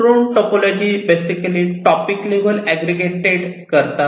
room topology basically topic level aggregated करतात